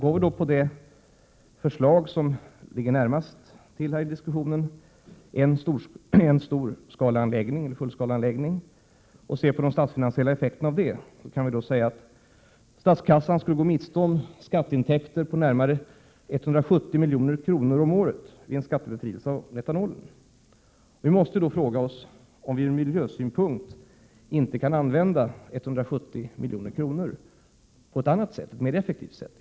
Går vi med på det förslag som nu ligger närmast till hands— en fullskalig anläggning — och ser på de statsfinansiella effekterna av detta, finner vi att statskassan skulle gå miste om skatteintäkter på närmare 170 milj.kr. om året vid en skattebefrielse av etanolen. Vi måste då fråga oss om vi inte kan använda 170 miljoner på ett ur miljösynpunkt bättre och effektivare sätt.